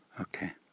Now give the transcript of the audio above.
okay